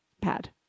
pad